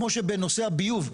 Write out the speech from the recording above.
כמו שבנושא הביוב,